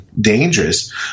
dangerous